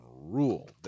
rule